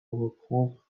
reprendre